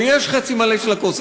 ויש חצי מלא של הכוס,